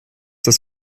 das